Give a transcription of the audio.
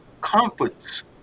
comforts